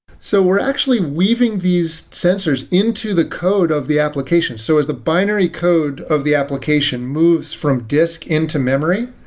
so we're actually weaving these sensors into the code of the application. so as the binary code of the application moves form disk into memory,